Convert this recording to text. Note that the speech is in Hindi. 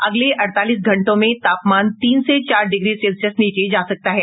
अगले अड़तालीस घंटे में तापमान तीन से चार डिग्री सेल्सियस नीचे जा सकता है